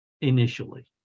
initially